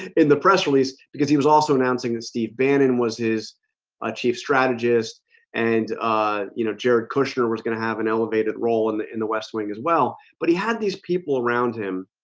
in the press release because he was also announcing that steve bannon was his ah chief strategist and you know jared kushner was gonna have an elevated role in the in the west wing as well. but he had these people around him